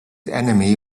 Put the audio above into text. enemy